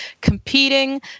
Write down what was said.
competing